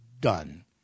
done